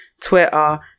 Twitter